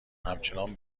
همچنان